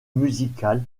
musical